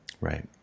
Right